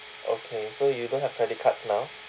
okay so you don't have credit cards now